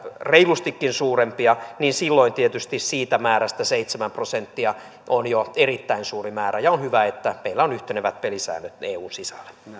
reilustikin suurempia niin silloin tietysti siitä määrästä seitsemän prosenttia on jo erittäin suuri määrä ja on hyvä että meillä on yhtenevät pelisäännöt eun sisällä